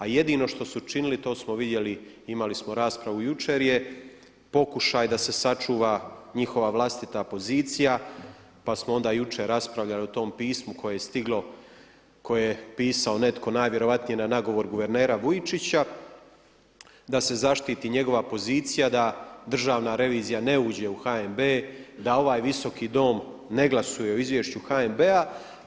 A jedino što su činili to smo vidjeli, imali smo raspravu jučer je pokušaj da se sačuva njihova vlastita pozicija, pa smo onda jučer raspravljali o tom pismu koje je stiglo, koje je pisao netko najvjerojatnije na nagovor guvernera Vujčića da se zaštiti njegova pozicija da Državna revizija ne uđe u HNB, da ovaj Visoki dom ne glasuje o izvješću HNB-a.